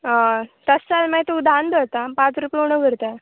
हय तश जाल्या मागीर तूं धान धरता पांच रुपया उणो करता